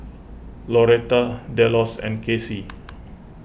Loretta Delos and Kacey